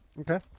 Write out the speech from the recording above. Okay